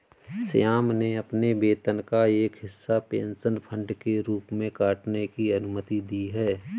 श्याम ने अपने वेतन का एक हिस्सा पेंशन फंड के रूप में काटने की अनुमति दी है